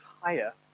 higher